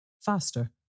Faster